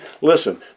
listen